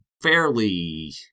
fairly